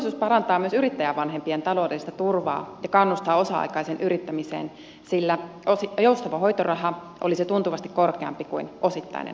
uudistus parantaa myös yrittäjävanhempien taloudellista turvaa ja kannustaa osa aikaiseen yrittämiseen sillä joustava hoitoraha olisi tuntuvasti korkeampi kuin osittainen hoitoraha